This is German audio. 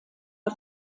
der